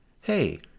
Hey